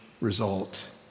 result